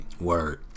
Word